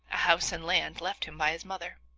a house and land, left him by his mother.